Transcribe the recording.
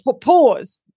pause